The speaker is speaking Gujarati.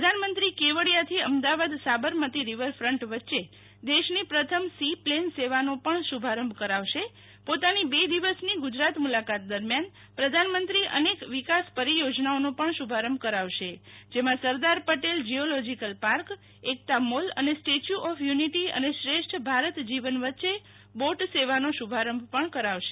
પ્રધાનમંત્રી કેવડિયાથી અમદાવાદ સાબરમતી રીવરફન્ટ વચ્ચે દેશની પ્રથમ સી પ્લેન સેવાનો પણ શુભારંભ કરાવશે પોતાની બે દિવસની ગુજરાત મુલાકાત દરમ્યાન પ્રધાનમંત્રી અનેક વિકાસ પરિયોજનાઓનો પણ શુભારંભ કરાવશે જેમાં Sardar Patel geological park Ekta mall અને સ્ટેચ્યૂ ઓફ યુનિટી અને શ્રેષ્ઠ ભારત જીવન વચ્ચે બોટ સેવાનો શુભારંભ પણ કરાવશે